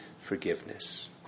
forgiveness